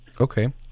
okay